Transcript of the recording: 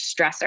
stressor